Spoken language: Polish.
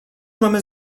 mamy